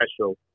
special